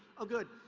oh, good.